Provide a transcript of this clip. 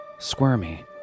squirmy